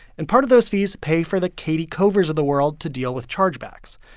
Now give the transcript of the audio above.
and part of those fees pay for the katie covers of the world to deal with chargebacks.